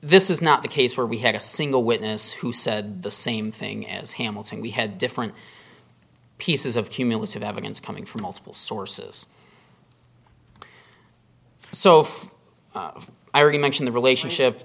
this is not the case where we had a single witness who said the same thing as hamilton we had different pieces of cumulative evidence coming from multiple sources so i already mentioned the relationship